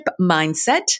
Mindset